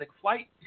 flight